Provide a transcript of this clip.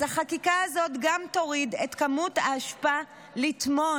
אז החקיקה הזאת גם תוריד את כמות האשפה להטמנה.